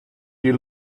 you